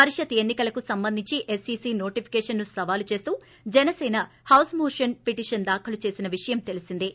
ప్రిషత్ ఎన్ని కలకు సంబంధించి ఎస్ఈసీ నోటిఫేకేషన్ను సవాల్ చేస్తూ జనసీన హౌస్మోషన్ పిటిషన్ దాఖలు చేసిన విషయం తెలిసిందే